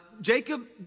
Jacob